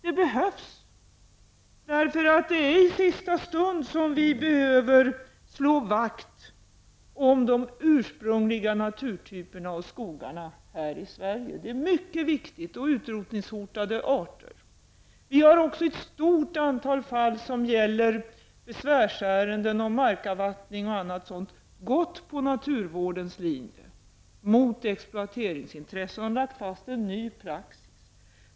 Det behövs att vi nu i sista stund slår vakt om de ursprungliga naturtyperna och skogarna här i Sverige. Det är mycket viktigt. Det gäller även de utrotningshotade arterna. Vi har också gått på naturvårdens linje mot exploateringsintressena när det gäller ett stort antal fall som gäller besvärsärenden om markavvattning och liknande. Vi har lagt fast en ny praxis.